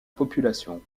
population